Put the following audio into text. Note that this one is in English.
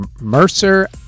Mercer